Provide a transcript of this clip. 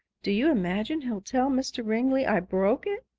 do you imagine he'll tell mr. ringley i broke it?